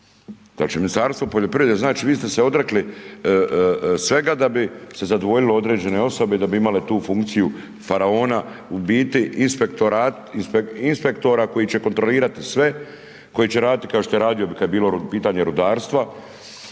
će Ministarstvo poljoprivrede? Znači vi ste se odrekli svega, da bi se zadovoljilo određene osobe da bi imale tu funkciju faraona, u biti inspektora koji će kontrolirati sve, koji će radit kao što je radio kad je bilo pitanje rudarstva,